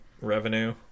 revenue